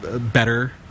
better